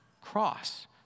cross